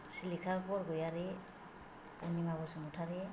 Silikha Bargayari Anima Basumatary